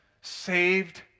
saved